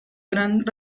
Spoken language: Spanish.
gran